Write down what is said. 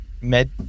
med